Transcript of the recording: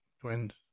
twins